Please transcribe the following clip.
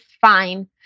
fine